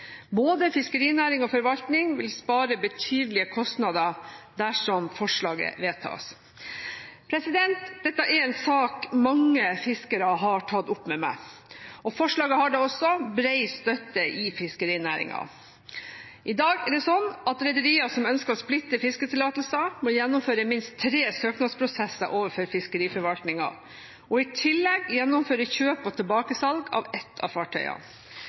Både fiskerinæring og forvaltning vil spare betydelige kostnader dersom forslaget vedtas. Dette er en sak mange fiskere har tatt opp med meg, og forslaget har da også bred støtte i fiskerinæringen. I dag er det slik at rederier som ønsker å splitte fisketillatelser, må gjennomføre minst tre søknadsprosesser overfor fiskeriforvaltningen og i tillegg gjennomføre kjøp og tilbakesalg av et av fartøyene.